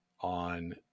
on